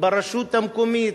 ברשות המקומית,